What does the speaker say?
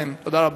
תודה רבה.